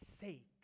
sake